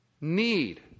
need